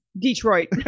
detroit